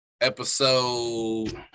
Episode